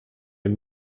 dem